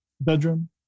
bedroom